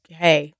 hey